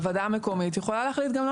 הוועדה המקומית יכולה להחליט גם לא